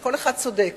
שכל אחד צודק